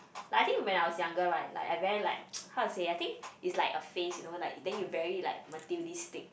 like I think when I was younger right like I very like how to say I think it's like a phase you know like then you very like materialistic